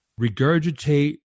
regurgitate